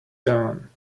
done